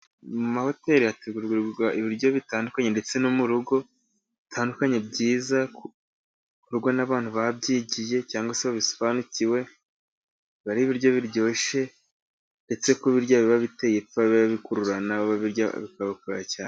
Muma hoteli hategurwa ibiryo bitandukanye ndetse no mu rugo bitandukanye byizakorwa n'abantu babyigiye cyangwa se bisobanukiwe bari ibiryo biryoshye ndetse ko birya biba bite ipfa biba bikururanabo birya bikabakora cyane.